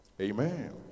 Amen